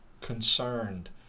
Concerned